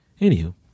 anywho